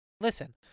Listen